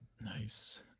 Nice